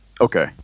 Okay